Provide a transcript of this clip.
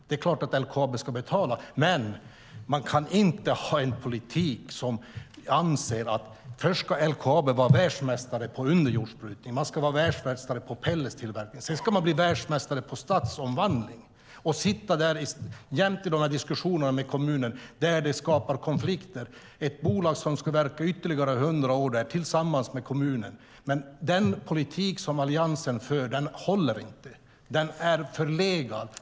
Det är klart att LKAB ska betala, men man kan inte ha en politik som går ut på att LKAB först ska vara världsmästare på underjordsbrytning och pelletstillverkning och sedan också bli världsmästare på stadsomvandling och sitta i diskussioner med kommunen. Det skulle skapa konflikter. Det handlar om ett bolag som tillsammans med kommunen ska verka i ytterligare hundra år. Den politik som Alliansen för håller inte. Den är förlegad.